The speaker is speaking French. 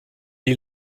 est